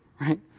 right